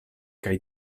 kaj